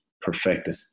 perfected